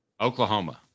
Oklahoma